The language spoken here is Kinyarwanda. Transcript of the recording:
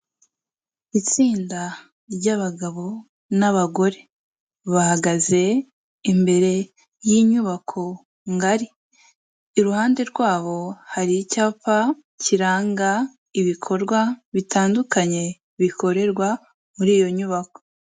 Itsinda ry'abagabo n'abagore, bahagaze imbere y'inyubako ngari, iruhande rwabo hari icyapa kiranga ibikorwa bitandukanye bikorerwa muri iyo nyubako.